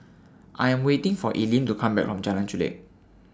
I Am waiting For Eileen to Come Back from Jalan Chulek